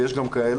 ויש גם כאלה,